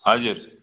हजुर